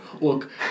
Look